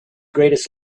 greatest